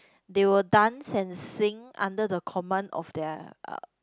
they will dance and sing under the command of their uh